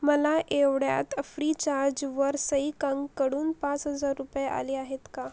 मला एवढ्यात फ्रीचार्जवर सई कंककडून पाच हजार रुपये आले आहेत का